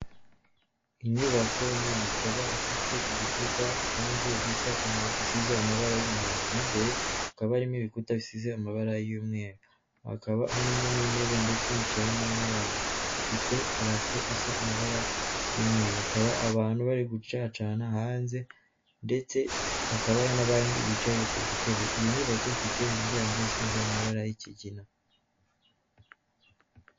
Inyubako nini, ikaba ifite ibikuta hanze bisize amabara y'umuhondo, mo imbere hakaba harimo ibikuta bisize amabara y'umweru, hakaba harimo n'intebe ndetse yicayemo n'abantu, ifite purafo isa amabara y'umweru, hakaba abantu bari gucacana hanze, ndetse hakaba hari n'abandi bicaye ku dutebe, iyo nyubako ifite imiryango isize amabara y'ikigina.